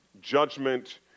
judgment